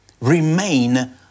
Remain